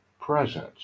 presence